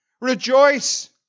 rejoice